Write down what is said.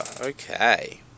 Okay